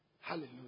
Hallelujah